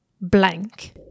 blank